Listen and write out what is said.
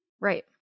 Right